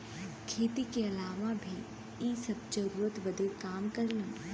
खेती के अलावा भी इ सब जरूरत बदे काम करलन